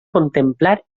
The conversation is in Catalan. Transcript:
contemplar